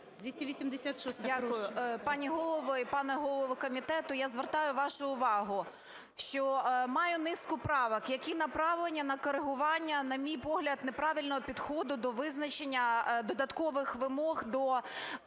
Дякую. Пані голово і пане голово комітету, я звертаю вашу увагу, що маю низку правок, які направлені на корегування, на мій погляд, неправильного підходу до визначення додаткових вимог до підприємств